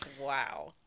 Wow